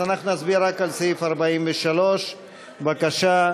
אז אנחנו נצביע רק על סעיף 43. בבקשה,